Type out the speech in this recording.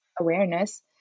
awareness